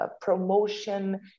promotion